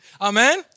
Amen